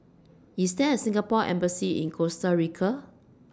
IS There A Singapore Embassy in Costa Rica